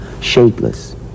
shapeless